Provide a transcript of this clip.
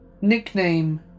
Nickname